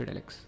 Alex